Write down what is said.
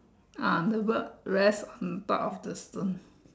uh the bird rest on top of the stone